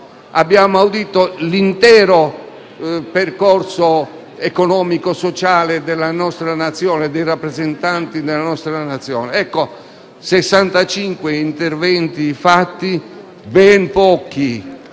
Abbiamo audito l'intero arco economico-sociale dei rappresentanti della nostra Nazione; ebbene, su 65 interventi fatti, ben pochi